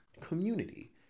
community